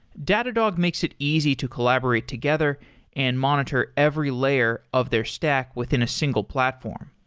datadog makes it easy to collaborate together and monitor every layer of their stack within a single platform.